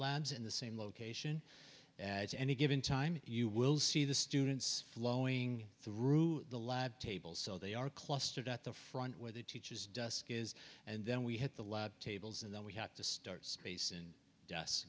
labs in the same location as any given time you will see the students flowing through the lab tables so they are clustered at the front where the teacher's desk is and then we had the lab tables and then we have to start space in us